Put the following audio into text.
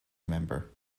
remember